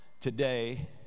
today